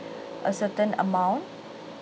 a certain amount